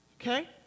Okay